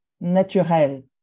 naturel